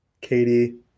katie